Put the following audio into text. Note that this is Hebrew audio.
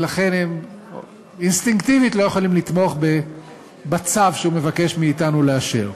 ולכן הם אינסטינקטיבית לא יכולים לתמוך בצו שהוא מבקש מאתנו לאשר.